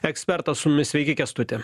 ekspertas su mumis sveiki kęstuti